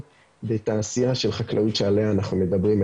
בתעשייה של החקלאות שעליה אנחנו מדברים.